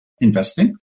Investing